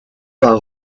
par